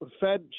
Fed